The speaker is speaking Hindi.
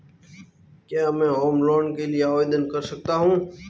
क्या मैं होम लोंन के लिए आवेदन कर सकता हूं?